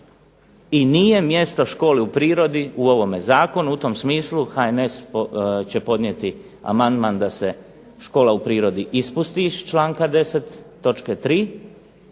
I nije mjesto školi u prirodi u ovome zakonu. U tom smislu HNS će podnijeti amandman da se škola u prirodi ispusti iz članka 10.